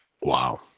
Wow